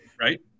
Right